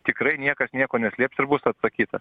tikrai niekas nieko neslėps ir bus atsakyta